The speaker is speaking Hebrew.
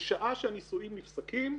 משעה שהנישואין נפסקים,